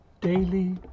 daily